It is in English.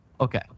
Okay